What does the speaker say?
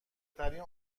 ترین